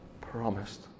promised